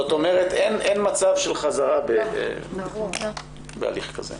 זאת אומרת שאין מצב של חזרה בהליך כזה?